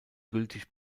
gültig